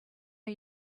are